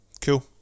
Cool